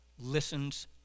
listens